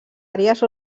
àrees